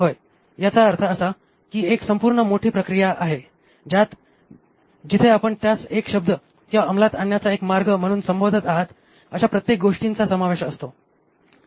याचा अर्थ असा की एक संपूर्ण मोठी प्रक्रिया आहे ज्यात जिथे आपण त्यास एक शब्द किंवा अंमलात आणण्याचा एक मार्ग म्हणून संबोधत आहात अशा प्रत्येक गोष्टीचा समावेश असतो